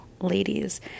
ladies